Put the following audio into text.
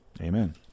Amen